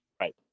right